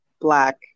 black